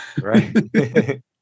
Right